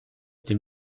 dem